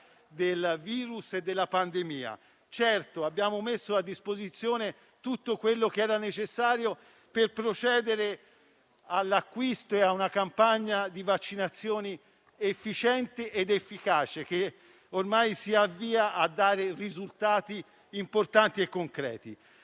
del virus e della pandemia e tutto quello che era necessario per procedere all'acquisto e una campagna di vaccinazione efficiente ed efficace, che ormai si avvia a dare risultati importanti e concreti.